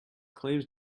claims